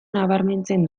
nabarmentzen